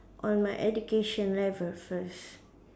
on my education level first